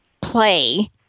play